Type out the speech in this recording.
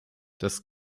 das